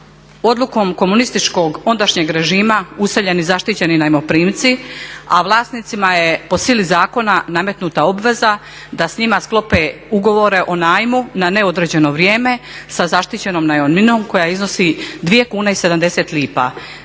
odlukom komunističkog ondašnjeg režima useljeni zaštićeni najmoprimci a vlasnicima je po sili zakona nametnuta obveza da s njima sklope ugovore o najmu na neodređeno vrijeme sa zaštićenom najamninom koja iznosi 2,70 kune.